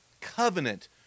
covenant